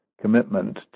commitment